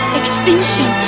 extinction